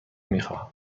میخواهم